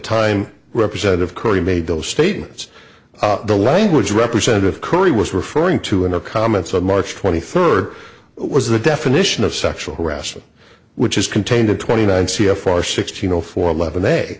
time representative corey made those statements the language representative curry was referring to in our comments on march twenty third was the definition of sexual harassment which is contained in twenty nine c f r sixteen zero four eleven